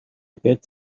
get